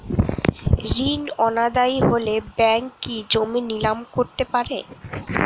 ঋণ অনাদায়ি হলে ব্যাঙ্ক কি জমি নিলাম করতে পারে?